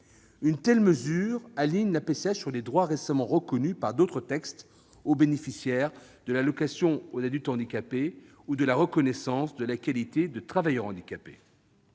Une telle mesure aligne la PCH sur les droits récemment reconnus par d'autres textes aux bénéficiaires de l'allocation aux adultes handicapés AAH ou de la reconnaissance de la qualité de travailleur handicapé.